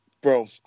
bro